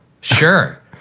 sure